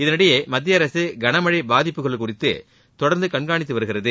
இதனிடையே மத்திய அரசு கனமழை பாதிப்புகள் குறித்து தொடா்ந்து கண்காணித்து வருகிறது